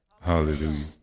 Hallelujah